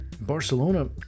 Barcelona